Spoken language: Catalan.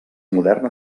moderna